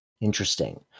Interesting